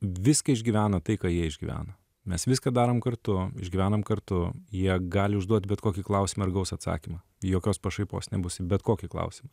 viską išgyvena tai ką jie išgyvena mes viską darom kartu išgyvenam kartu jie gali užduot bet kokį klausimą ir gaus atsakymą jokios pašaipos nebus į bet kokį klausimą